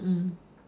mm mm